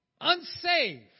unsaved